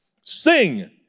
Sing